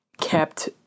kept